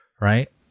right